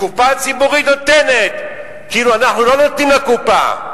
הקופה הציבורית נותנת כאילו אנחנו לא נותנים לקופה.